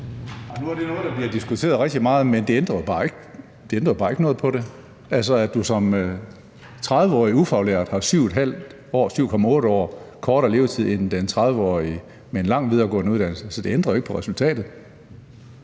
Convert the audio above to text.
Det er noget, der bliver diskuteret rigtig meget, men det ændrer ikke noget på det, altså at du som 30-årig ufaglært har 7,8 års kortere levetid end den 30-årige med en lang videregående uddannelse. Så det ændrer jo ikke på resultatet.